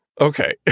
Okay